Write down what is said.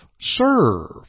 Serve